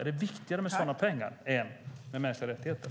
Är det viktigare med sådana pengar än med mänskliga rättigheter?